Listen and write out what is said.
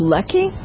Lucky